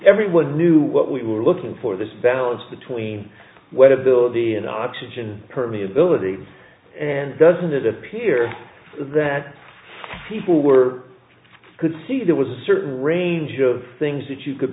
everyone knew what we were looking for this balance between what ability and oxygen permeable of the and doesn't it appear that people were could see there was a certain range of things that you could